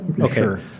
okay